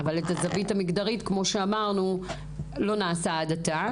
אבל הזווית המגדרית, כמו שאמרנו, לא נבדקה עד עתה.